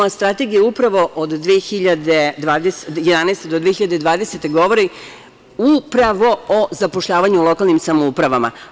Strategija od 2011. do 2020. godine govori upravo o zapošljavanju u lokalnim samoupravama.